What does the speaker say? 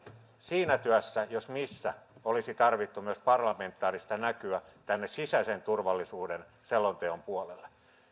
siinä työssä jos missä olisi tarvittu myös parlamentaarista näkyä tänne sisäisen turvallisuuden selonteon puolelle